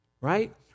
right